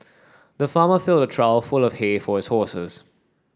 the farmer filled a trough full of hay for his horses